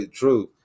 true